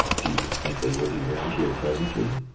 do you think they will be round here presently?